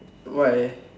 what